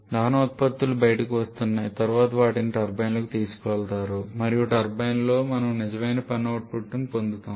దహన ఉత్పత్తులు బయటకు వస్తున్నాయి తరువాత వాటిని టర్బైన్కు తీసుకువెళతారు మరియు టర్బైన్లో మనము నిజమైన పని అవుట్పుట్ను పొందుతున్నాము